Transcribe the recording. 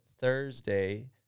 thursday